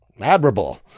Admirable